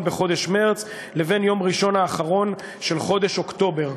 בחודש מרס לבין יום ראשון האחרון של חודש אוקטובר.